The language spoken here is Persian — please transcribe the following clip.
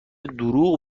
دروغ